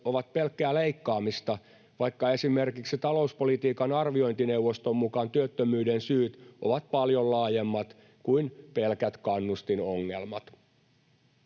ovat pelkkää leikkaamista, vaikka esimerkiksi talouspolitiikan arviointineuvoston mukaan työttömyyden syyt ovat paljon laajemmat kuin pelkät kannustinongelmat.